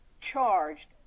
charged